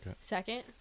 Second